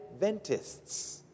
ventists